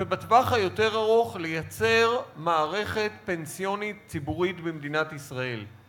ובטווח היותר-ארוך לייצר מערכת פנסיונית ציבורית במדינת ישראל.